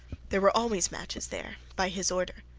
there were always matches there by his order.